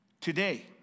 today